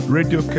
Radio